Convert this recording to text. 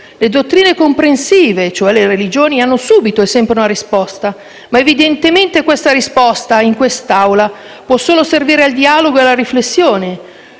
Le dottrine comprensive, cioè le religioni, hanno subìto e sempre una risposta, ma evidentemente questa risposta, in quest'Aula, può solo servire al dialogo e alla riflessione,